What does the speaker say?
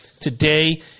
today